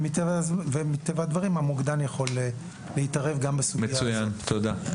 מטבע הדברים המוקדן יכול להתערב גם בסוגיה הזאת.